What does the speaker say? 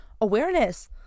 awareness